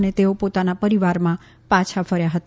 અને તેઓ પોતાના પરિવારમાં પાછા ફર્યા હતા